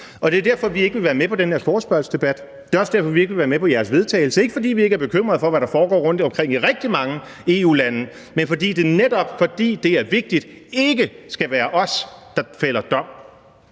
Det er derfor, vi ikke vil være med på den her forespørgselsdebat, og det er også derfor, vi ikke vil være med på jeres vedtagelse. Det er ikke, fordi vi ikke bekymret for, hvad der foregår rundtomkring i rigtig mange EU-lande, men fordi det netop er vigtigt, at det ikke skal være os, der fælder dom.